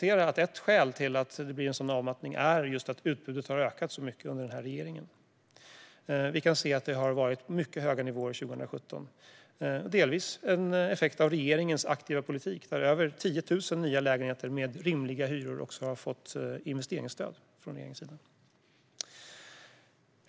Ett skäl till att det blir en avmattning är att utbudet har ökat mycket under denna regering. Det var mycket höga nivåer 2017, vilket delvis var en effekt av regeringens aktiva politik där över 10 000 nya lägenheter med rimliga hyror har fått investeringsstöd.